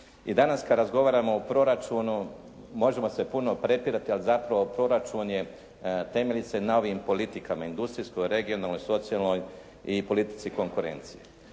I danas kad razgovaramo o proračunu možemo se puno prepirati ali zapravo proračun je, temelji se na ovim politikama; industrijskoj, regionalnoj, socijalnoj i politici konkurencije.